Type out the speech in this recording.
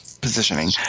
positioning